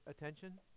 attention